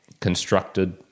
constructed